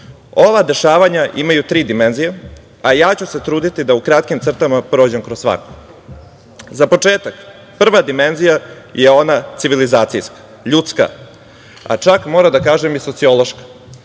dešavanja imaju tri dimenzije, a trudiću se da u kratkim crtama prođem po svaku.Za početak, prva dimenzija je ona civilizacijska, ljudska, a čak moram da kažem i sociološka,